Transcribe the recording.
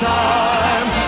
time